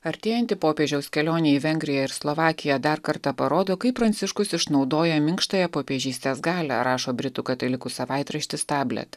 artėjanti popiežiaus kelionė į vengriją ir slovakiją dar kartą parodo kaip pranciškus išnaudoja minkštąją popiežystės galią rašo britų katalikų savaitraštis tablet